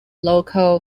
local